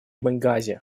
бенгази